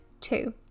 two